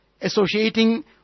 associating